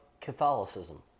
Catholicism